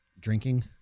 Drinking